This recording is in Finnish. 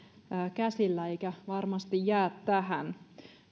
käsillä eikä se varmasti jää tähän